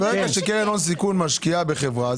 ברגע שקרן הון סיכון משקיעה בחברה,